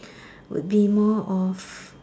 would be more of